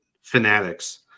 fanatics